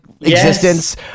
existence